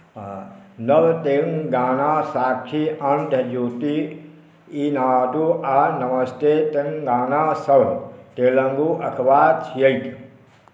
नव तेलङ्गाना साक्षी आन्ध्र ज्योति इनाडु आओर नमस्ते तेलङ्गानासभ तेलुगु अखबार छियै